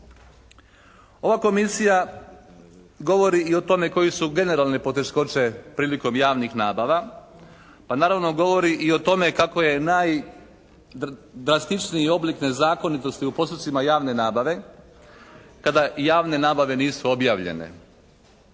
Ova komisija govori i o tome koje su generalne poteškoće prilikom javnih nabava. Pa naravno govori i o tome kako je najdrastičniji oblik nezakonitosti u postupcima javne nabave kada javne nabave nisu objavljene.